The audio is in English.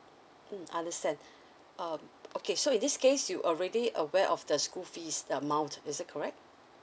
mm understand um okay so in this case you already aware of the school fees amount is it correct